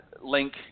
link